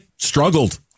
Struggled